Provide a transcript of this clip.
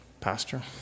Pastor